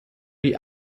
die